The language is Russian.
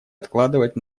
откладывать